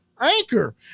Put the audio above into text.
Anchor